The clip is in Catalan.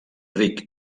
ric